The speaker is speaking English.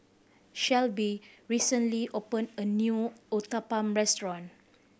Shelbie recently opened a new Uthapam Restaurant